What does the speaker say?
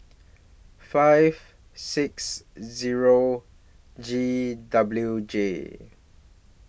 five six Zero G W J